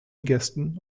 gästen